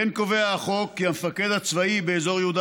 כמו כן קובע החוק כי המפקד הצבאי באזור יהודה